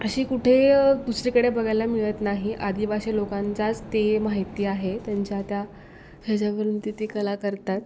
अशी कुठे दुसरीकडे बघायला मिळत नाही आदिवासी लोकांचाच ते माहिती आहे त्यांच्या त्या ह्याच्यातून ते ती कला करतात